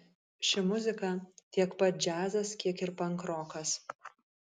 ši muzika tiek pat džiazas kiek ir pankrokas